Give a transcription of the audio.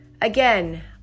Again